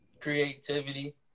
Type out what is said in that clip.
creativity